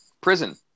prison